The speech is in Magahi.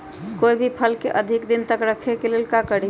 कोई भी फल के अधिक दिन तक रखे के लेल का करी?